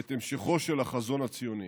ואת המשכו של החזון הציוני.